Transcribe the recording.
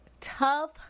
tough